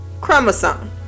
chromosome